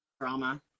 drama